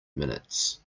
minutes